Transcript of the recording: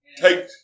Take